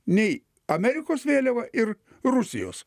nei amerikos vėliava ir rusijos